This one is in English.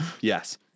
Yes